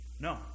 No